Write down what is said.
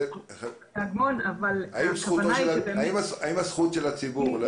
--- האם הזכות של הציבור לדעת